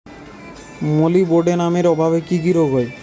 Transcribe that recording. মলিবডোনামের অভাবে কি কি রোগ হয়?